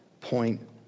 point